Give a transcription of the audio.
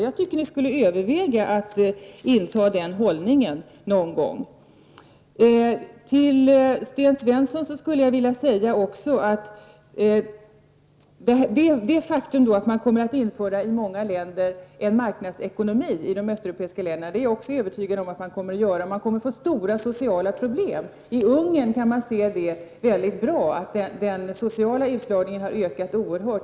Jag tycker att ni borde överväga att någon gång inta den ståndpunkten. Sten Svensson säger att man i många östeuropeiska länder kommer att införa en marknadsekonomi. Även jag är övertygad om detta. Man kommer att få stora sociala problem. I Ungern ser man mycket tydligt att den sociala utslagningen har ökat oerhört.